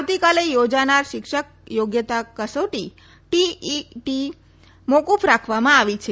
આવતી કાલે યોજાનાર શિક્ષક યોગ્યતા કસોટી ટીઇટી મોકુફ રાખવામાં આવી છે